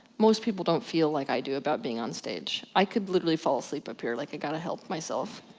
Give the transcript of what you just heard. most people don't feel like i do about being on stage. i could literally fall asleep up here. like i gotta help myself,